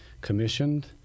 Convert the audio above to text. commissioned